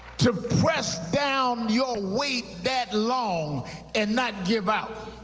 to press down your weight that long and not give out.